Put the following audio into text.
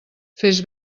fes